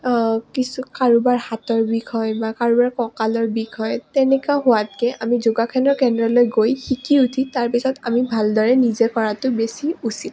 কিছু কাৰোবাৰ হাতৰ বিষ হয় বা কাৰোবাৰ কঁকালৰ বিষ হয় তেনেকুৱা হোৱাতকৈ আমি যোগাসনৰ কেন্দ্ৰলৈ গৈ শিকি উঠি তাৰপিছত আমি ভালদৰে নিজে কৰাটো বেছি উচিত